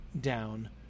down